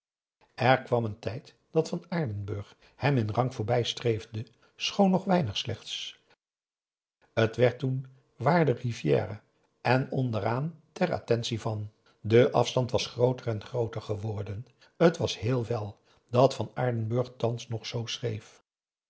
er kwam een tijd dat van aardenburg hem in rang voorbij streefde schoon nog weinig slechts het werd toen waarde rivière en onderaan t a v de afstand was grooter en grooter geworden het was al heel wel dat van aardenburg thans nog z schreef